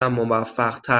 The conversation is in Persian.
موفقتر